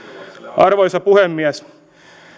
arvoisa puhemies